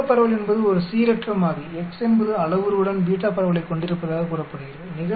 beta பரவல் என்பது ஒரு சீரற்ற மாறி X என்பது அளவுருவுடன் பீட்டா பரவலைக் கொண்டிருப்பதாகக் கூறப்படுகிறது